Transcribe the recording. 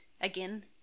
again